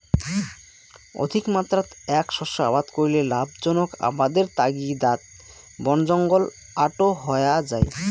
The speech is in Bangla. অধিকমাত্রাত এ্যাক শস্য আবাদ করিলে লাভজনক আবাদের তাগিদাত বনজঙ্গল আটো হয়া যাই